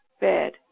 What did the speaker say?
bed